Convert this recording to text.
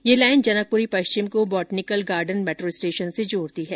यह लाइन जनकपुरी पश्चिम को बोटैनिकल गार्डन मेट्रो स्टेशन से जोड़ती है